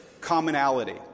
commonality